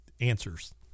answers